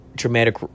dramatic